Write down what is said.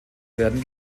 werden